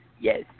Yes